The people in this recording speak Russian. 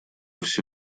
все